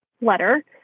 letter